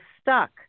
stuck